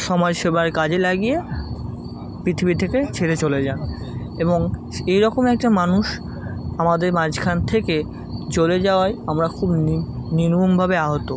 সমাজ সেবায় কাজে লাগিয়ে পৃথিবী থেকে ছেড়ে চলে যান এবং এই রকম একজন মানুষ আমাদের মাঝখান থেকে চলে যাওয়ায় আমরা খুব নি নির্মমভাবে আহত